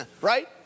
Right